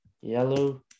yellow